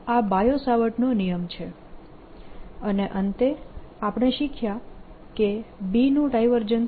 અને અંતે આપણે શીખ્યા કે B નું ડાયવર્જન્સ